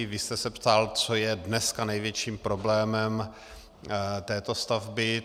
Vy jste se ptal, co je dneska největším problémem této stavby.